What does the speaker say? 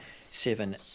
seven